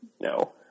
no